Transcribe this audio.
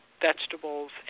vegetables